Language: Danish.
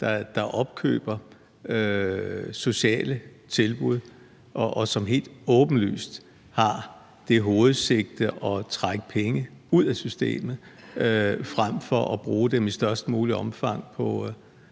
der opkøber sociale tilbud, og som helt åbenlyst har det hovedsigte at trække penge ud af systemet frem for at bruge dem i størst muligt omfang på